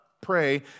pray